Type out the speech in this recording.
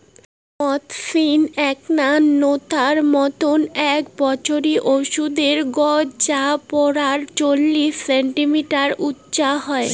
মথ সিম এ্যাকনা নতার মতন এ্যাক বছরি ওষুধের গছ যা পরায় চল্লিশ সেন্টিমিটার উচা হই